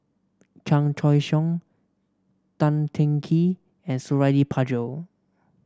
Chan Choy Siong Tan Teng Kee and Suradi Parjo